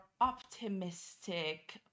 optimistic